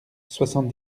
soixante